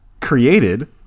created